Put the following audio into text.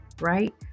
right